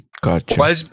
Gotcha